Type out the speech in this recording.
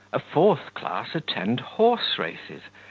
a fourth class attend horse-races,